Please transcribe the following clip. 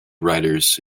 writers